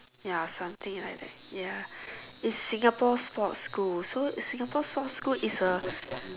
ya something like that ya it's Singapore sports school so Singapore sports school is a